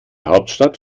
hauptstadt